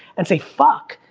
and say, fuck,